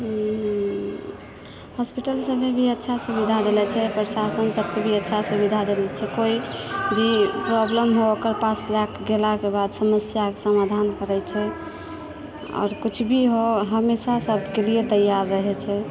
hospital सभमे भी अच्छा सुविधा देले छै प्रशासन सभके भी अच्छा सुविधा देले छै कोइ भी प्रॉब्लम हो ओकर पास लेकऽ गेला कऽ बाद समस्या कऽ समधान करै छै आओर किछु भी हो हमेशा सभके लिए तैयार रहै छै